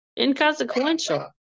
inconsequential